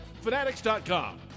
Fanatics.com